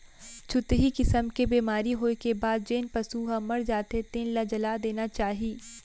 छुतही किसम के बेमारी होए के बाद जेन पसू ह मर जाथे तेन ल जला देना चाही